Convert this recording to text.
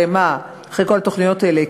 אחרי כל התוכניות האלה,